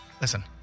Listen